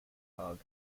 hog